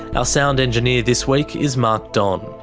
ah sound engineer this week is mark don,